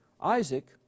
Isaac